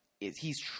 is—he's